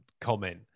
comment